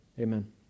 amen